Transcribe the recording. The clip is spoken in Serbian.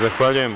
Zahvaljujem.